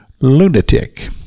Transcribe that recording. lunatic